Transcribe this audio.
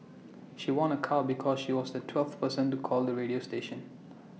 she won A car because she was the twelfth person to call the radio station